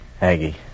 Aggie